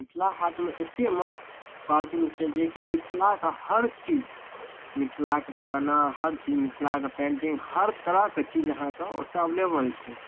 मिथिला हाटमे एतेक मस्त पार्किङ्ग छै जेकि मिथिलाके हर चीज मिथिलाके खाना हर चीज मिथिलाके पेन्टिङ्ग हर तरहके चीज अहाँके ओतऽ एवलेबल छै